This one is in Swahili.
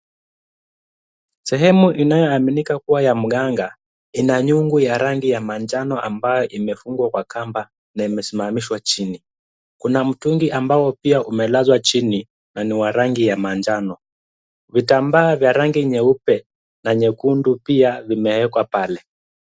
Sehemu inayoaminika kuwa ya mganga, ina nyungu ya rangi ya manjano ambayo imefungwa kwa kamba na imesimamishwa chini, kuna mtungi ambao pia umelazwa chini na ni wa rangi ya manjano, vitambaa vya rangi nyeupe na nyekundu pia vimewekwa pale.